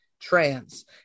trans